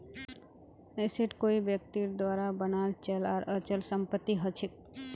asset कोई व्यक्तिर द्वारा बनाल चल आर अचल संपत्ति हछेक